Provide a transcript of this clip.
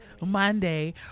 Monday